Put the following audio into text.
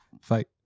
fight